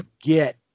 get